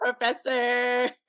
professor